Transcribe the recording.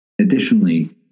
Additionally